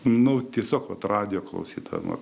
nu tiesiog vat radijo klausytojam